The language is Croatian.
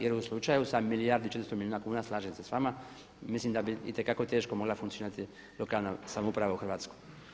Jer u slučaju sa 1 milijardu i 400 milijuna kuna slažem se s vama mislim da bi itekako teško mogla funkcionirati lokalna samouprava u Hrvatskoj.